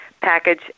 package